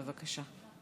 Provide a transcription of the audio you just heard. בבקשה.